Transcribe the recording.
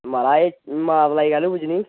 महाराज माबलै कैल्लु पुज्जनी